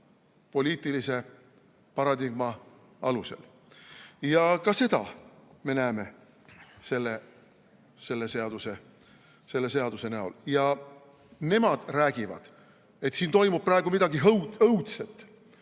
sotsiaalpoliitilise paradigma alusel. Ja ka seda me näeme selle seaduse näol. Ja nemad räägivad, et siin toimub praegu midagi õudset.